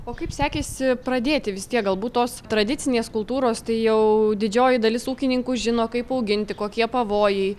o kaip sekėsi pradėti vis tiek galbūt tos tradicinės kultūros tai jau didžioji dalis ūkininkų žino kaip auginti kokie pavojai